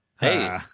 Hey